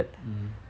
mm